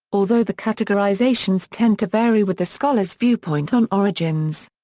although the categorizations tend to vary with the scholar's viewpoint on origins.